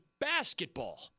basketball